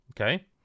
Okay